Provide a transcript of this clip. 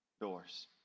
doors